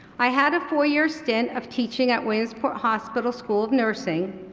i had a four year stint of teaching at williamsport hospital school of nursing,